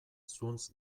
zuntz